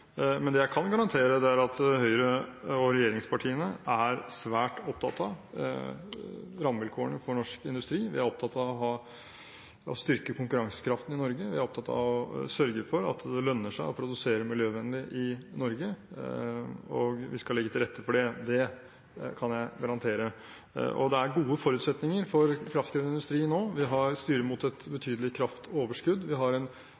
men det jeg kan garantere, er at Høyre og regjeringspartiene er svært opptatt av rammevilkårene for norsk industri. Vi er opptatt av å styrke konkurransekraften i Norge, vi er opptatt av å sørge for at det lønner seg å produsere miljøvennlig i Norge, og vi skal legge til rette for det, det kan jeg garantere. Det er gode forutsetninger for kraftkrevende industri nå. Vi styrer mot et betydelig kraftoverskudd, vi har en